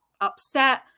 upset